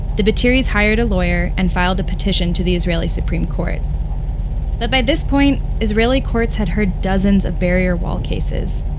the battiris hired a lawyer and filed a petition to the israeli supreme court but by this point, israeli courts had heard dozens of barrier wall cases.